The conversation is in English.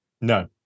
No